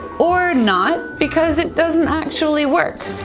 or not, because it doesn't actually work.